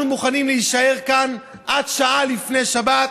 אנחנו מוכנים להישאר כאן עד שעה לפני שבת,